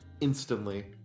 instantly